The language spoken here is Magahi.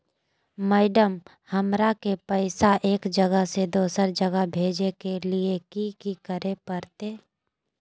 मैडम, हमरा के पैसा एक जगह से दुसर जगह भेजे के लिए की की करे परते?